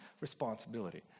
responsibility